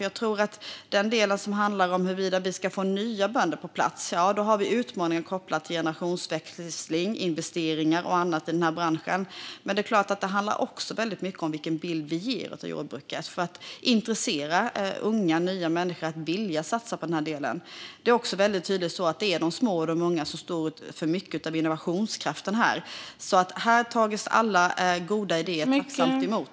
Jag tror att i den del som handlar om huruvida vi ska få nya bönder på plats har vi utmaningar kopplade till generationsväxling, investeringar och annat i branschen. Men det handlar såklart också mycket om vilken bild vi ger av jordbruket för att intressera unga, nya människor och få dem att vilja satsa på den här delen. Det är tydligt att det är de små jordbruken och de unga som står för mycket av innovationskraften. Här tas alla goda idéer tacksamt emot.